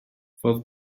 fodd